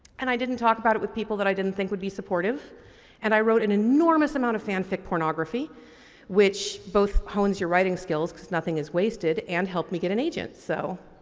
and i didn't talk about it with people that i didn't think would be supportive and i wrote an enormous amount of fan-fic pornography which both hones your writing skills because nothing is wasted and helped me get an agent, so,